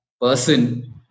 person